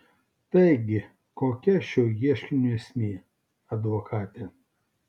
taigi kokia šio ieškinio esmė advokate